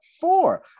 four